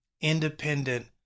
independent